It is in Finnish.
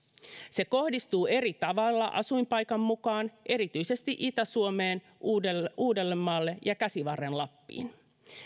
se kohdistuu eri tavalla asuinpaikan mukaan erityisesti itä suomeen uudellemaalle ja käsivarren lappiin